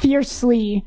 fiercely